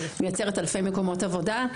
מייצרת אלפי מקומות עבודה.